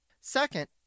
Second